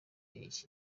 iki